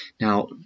now